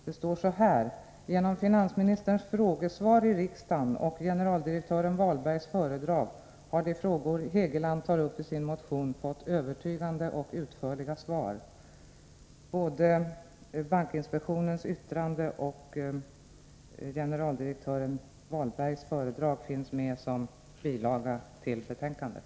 Det står: ”Genom finansministerns frågesvar i riksdagen och generaldirektören Walbergs föredrag har de frågor Hegeland tar upp i sin motion fått övertygande och utförliga svar.” Både bankinspektionens yttrande och generaldirektören Walbergs föredrag finns med som bilagor till betänkandet.